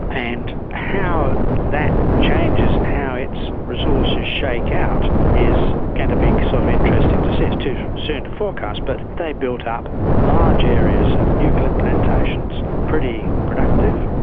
and how that changes and how its resources shake out is going to be sort of interesting to see. it's too soon to forecast, but they built up large areas of eucalypt plantations, pretty productive,